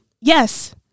Yes